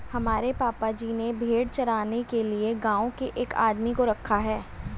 हमारे पापा जी ने भेड़ चराने के लिए गांव के एक आदमी को रखा है